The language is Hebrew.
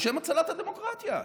בשם הצלת הדמוקרטיה,